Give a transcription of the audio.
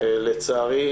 לצערי,